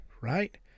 right